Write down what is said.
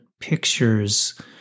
pictures